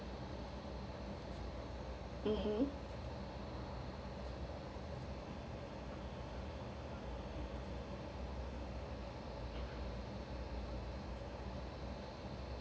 mmhmm